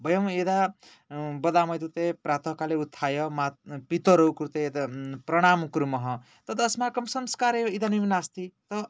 वयं यदा वदामः इत्युक्ते प्रातःकाले उत्थाय पितरौ कृते यत् प्रणामं कुर्मः तदस्माकं संस्कार एव इदानीं नास्ति अतः